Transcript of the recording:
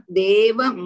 deva